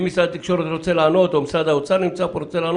אם משרד התקשורת רוצה לענות או משרד האוצר, בבקשה.